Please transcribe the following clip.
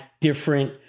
different